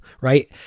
Right